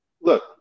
look